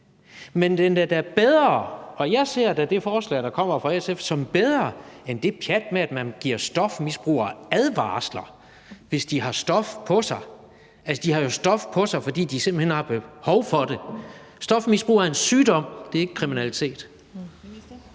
men det er da et bedre forslag. Jeg ser da det forslag, der kommer fra SF, som bedre end det pjat med, at man giver stofmisbrugere advarsler, hvis de har stoffer på sig. Altså, de har jo stoffer på sig, fordi de simpelt hen har behov for det. Stofmisbrug er en sygdom. Det er ikke kriminalitet.